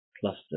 cluster